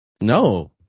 No